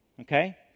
Okay